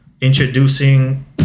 introducing